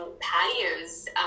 patios